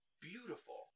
Beautiful